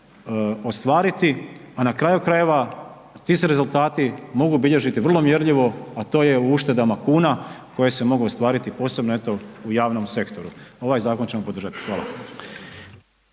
ostvariti, a na kraju krajeva ti se rezultati mogu bilježiti vrlo mjerljivo, a to je u uštedama kuna koje se mogu ostvariti posebno eto u javnom sektoru. Ovaj zakon ćemo podržati. Hvala.